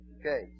Okay